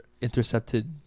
intercepted